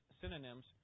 synonyms